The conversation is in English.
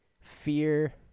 Fear